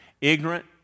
ignorant